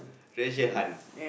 treasure hunt